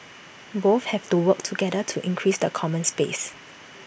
both have to work together to increase the common space